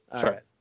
Sure